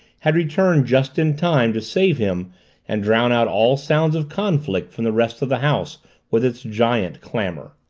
had returned just in time to save him and drown out all sounds of conflict from the rest of the house with its giant clamor.